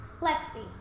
Lexi